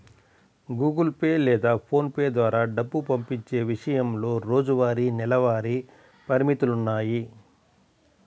Google Pay లేదా PhonePe ద్వారా డబ్బు పంపించే విషయంలో రోజువారీ, నెలవారీ పరిమితులున్నాయి